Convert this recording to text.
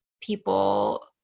people